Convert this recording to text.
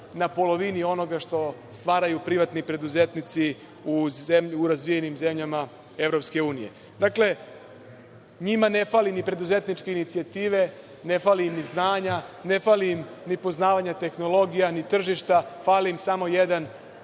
na polovini onoga što stvaraju privatni preduzetnici u razvijenim zemljama EU.Dakle, njima ne fali ni preduzetničke inicijative, ne fali im ni znanja, ne fali im ni poznavanje tehnologija, ni tržišta, fali im samo jedan